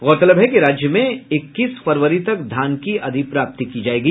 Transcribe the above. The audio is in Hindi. गौरतलब है कि राज्य में इक्कीस फरवरी तक धान की अधिप्राप्ति की जायेगी